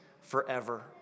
forever